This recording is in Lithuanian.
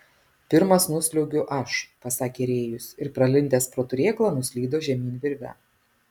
pirmas nusliuogiu aš pasakė rėjus ir pralindęs pro turėklą nuslydo žemyn virve